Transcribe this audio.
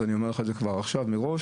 ואני אומר לך את זה כבר עכשיו מראש.